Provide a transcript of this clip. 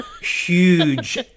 huge